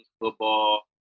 football